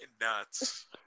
nuts